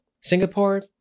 Singapore